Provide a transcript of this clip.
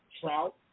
trout